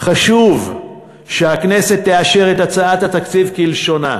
חשוב שהכנסת תאשר את הצעת התקציב כלשונה,